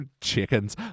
chickens